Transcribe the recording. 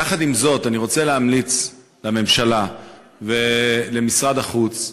יחד עם זאת, אני רוצה להמליץ לממשלה ולמשרד החוץ,